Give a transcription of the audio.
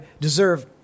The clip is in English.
deserve